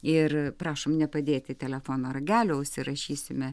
ir prašom nepadėti telefono ragelio užsirašysime